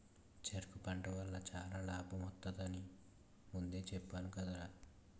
చెరకు పంట వల్ల చాలా లాభమొత్తది అని ముందే చెప్పేను కదరా?